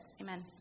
Amen